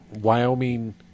Wyoming